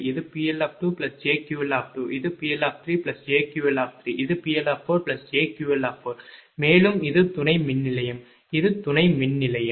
இது PL2jQL2இது PL3jQL3 இது PL4jQL4 மேலும் இது துணை மின்நிலையம் இது துணை மின்நிலையம்